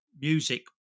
music